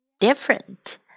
different